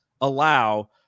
allow